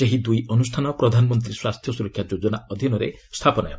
ସେହି ଦୁଇ ଅନୁଷାନ ପ୍ରଧାନମନ୍ତ୍ରୀ ସ୍ୱାସ୍ଥ୍ୟ ସୁରକ୍ଷା ଯୋଜନା ଅଧୀନରେ ସ୍ଥାପନ ହେବ